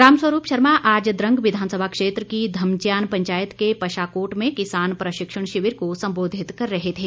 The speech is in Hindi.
रामस्वरूप शर्मा आज द्रंग विधानसभा क्षेत्र की धमच्यान पंचायत के पशाकोट में किसान प्रशिक्षण शिविर को संबोधित कर रहे थे